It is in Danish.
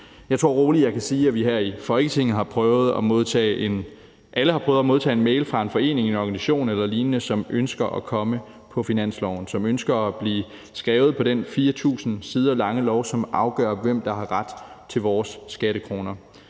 Jeg tror, at jeg rolig kan sige, at vi alle her i Folketinget har prøvet at modtage en mail fra en forening, en organisation eller lignende, som ønsker at komme på finansloven, og som ønsker at blive skrevet på den 4.000 sider lange lov, som afgør, hvem der har ret til vores skattekroner.